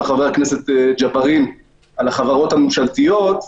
חבר הכנסת ג'בארין על החברות הממשלתיות,